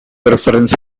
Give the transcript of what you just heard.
reference